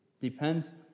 depends